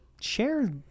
share